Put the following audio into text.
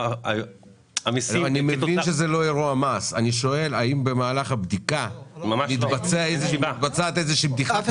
המיסים --- אני שואל האם במהלך הבדיקה מתבצעת בדיקה כזאת